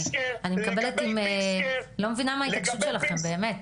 לא מבינה מה ההתעקשות שלכם באמת.